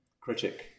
critic